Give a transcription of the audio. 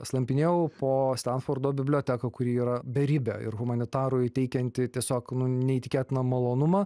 slampinėjau po stanfordo biblioteką kuri yra beribė ir humanitarui teikianti tiesiog neįtikėtiną malonumą